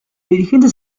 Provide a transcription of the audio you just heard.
dirigentes